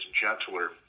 gentler